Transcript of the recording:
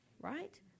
right